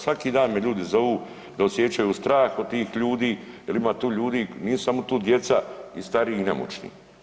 Svaki dan me ljudi zovu da osjećaju strah od tih ljudi jel ima tu ljudi, nisu samo tu djeca i stariji i nemoćni.